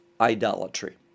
idolatry